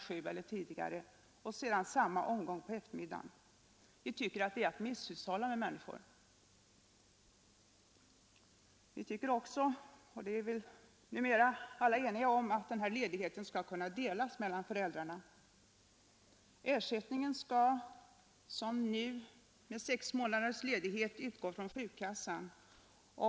7 eller tidigare och sedan samma omgång på eftermiddagen. Vi tycker att det är att misshushålla med människor. Ledigheten bör kunna delas mellan föräldrarna — det är vi väl numera alla överens om. Ersättning skall som nu vid de sex månadernas ledighet utgå från sjukkassan.